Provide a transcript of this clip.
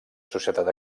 societat